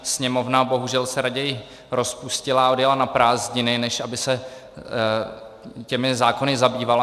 Sněmovna se bohužel raději rozpustila a odjela na prázdniny, než aby se těmi zákony zabývala.